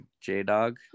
J-dog